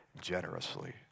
generously